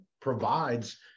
provides